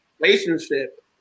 relationship